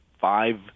five